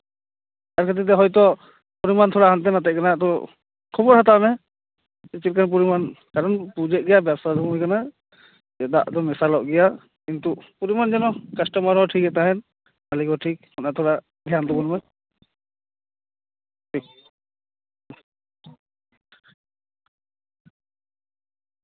ᱚᱱᱟ ᱠᱷᱟᱹᱛᱤᱨᱛᱮ ᱦᱳᱭᱛᱳ ᱯᱚᱨᱤᱢᱟᱱ ᱛᱷᱚᱲᱟ ᱦᱟᱱᱛᱮᱼᱱᱟᱛᱮᱜ ᱠᱟᱱᱟ ᱟᱫᱚ ᱠᱷᱚᱵᱚᱨ ᱦᱟᱛᱟᱣ ᱢᱮ ᱪᱮᱫᱞᱮᱠᱟᱱ ᱯᱚᱨᱤᱢᱟᱱ ᱠᱟᱨᱚᱱ ᱵᱩᱡᱮᱫ ᱜᱮᱭᱟᱞᱮ ᱵᱮᱵᱥᱟ ᱨᱮ ᱟᱸᱬᱜᱚᱱ ᱦᱩᱭᱟᱠᱟᱱᱟ ᱡᱮ ᱫᱟᱜ ᱫᱚ ᱢᱮᱥᱟᱞᱚᱜ ᱜᱮᱭᱟ ᱠᱤᱱᱛᱩ ᱯᱚᱨᱤᱢᱟᱱ ᱡᱮᱱᱚ ᱠᱟᱥᱴᱚᱢᱟᱨ ᱦᱚᱸ ᱴᱷᱤᱠᱮᱭ ᱛᱟᱦᱮᱱ ᱢᱟᱞᱤᱠ ᱦᱚᱸ ᱴᱷᱤᱠ ᱚᱱᱟ ᱠᱚ ᱛᱷᱚᱲᱟ ᱫᱷᱮᱭᱟᱱ ᱛᱟᱵᱚᱱ ᱢᱮ ᱴᱷᱤᱠ